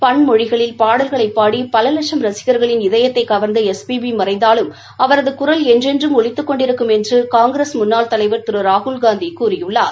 பன் மொழிகளில் பாடல்களைப்பாடி பல வட்சம் ரசிகள்களின் இதயத்தை கவா்ந்த எஸ் பி பி மறைந்தாலும் அவரது குரல் என்றென்றும் ஒலித்துக் கொண்டிருக்கும் என்று காங்கிரஸ் முன்னாள் தலைவா் திரு ராகுல்காந்தி கூறியுள்ளார்